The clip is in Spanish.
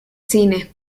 cine